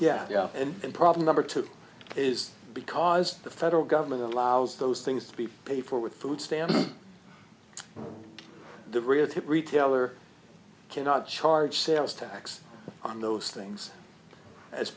purposes yeah and the problem number two is because the federal government allows those things to be paid for with food stamps the real tip retailer cannot charge sales tax on those things as